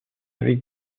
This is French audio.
avec